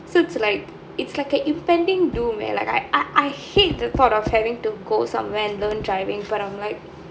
so it's like it's like impending doom leh like I I hate the thought of like having to go somewhere and learn driving but I'm like